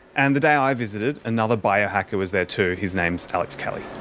and the day i visited another biohacker was there, too. his name is alex kelly.